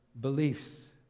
beliefs